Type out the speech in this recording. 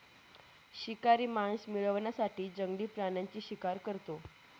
शिकारी मांस मिळवण्यासाठी जंगली प्राण्यांची शिकार करतो